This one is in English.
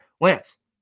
Lance